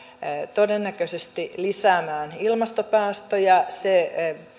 todennäköisesti lisäämään ilmastopäästöjä se